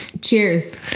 Cheers